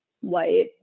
white